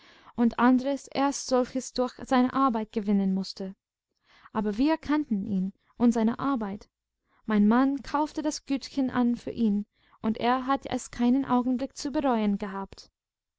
und andres erst solches durch seine arbeit gewinnen mußte aber wir kannten ihn und seine arbeit mein mann kaufte das gütchen an für ihn und er hat es keinen augenblick zu bereuen gehabt